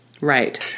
Right